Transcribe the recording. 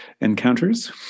encounters